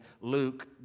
Luke